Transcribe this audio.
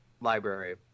library